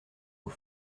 aux